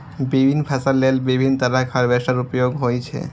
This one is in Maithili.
विभिन्न फसल लेल विभिन्न तरहक हार्वेस्टर उपयोग होइ छै